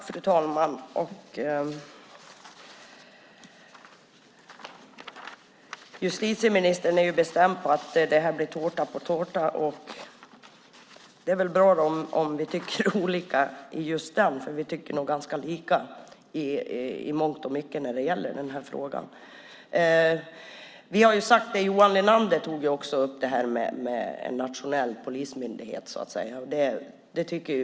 Fru talman! Justitieministern är bestämd på att det här blir tårta på tårta. Det är väl bra då om vi tycker olika om just det, för vi tycker nog ganska lika i mångt och mycket i övrigt i den här frågan. Också Johan Linander tog upp frågan om en nationell polismyndighet.